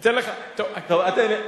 אני אתן לך, טוב, אתה יודע מה?